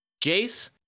jace